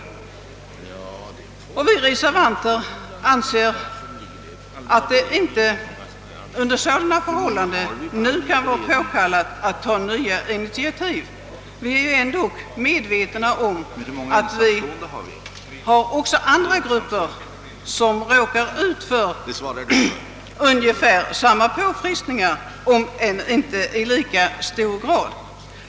Vi reservanter anser att det under sådana förhållanden nu inte kan vara påkallat att ta nya initiativ. Vi är medvetna om att det också finns andra grupper som råkar ut för ungefär samma påfrestningar, om än inte i lika hög grad.